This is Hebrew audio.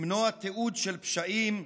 למנוע תיעוד של פשעים,